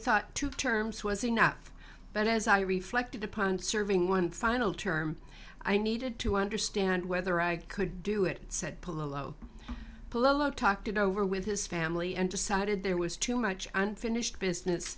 thought two terms was enough but as i reflected upon serving one final term i needed to understand whether i could do it said pull a low blow talked it over with his family and decided there was too much unfinished business